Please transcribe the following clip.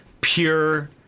pure